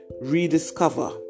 Rediscover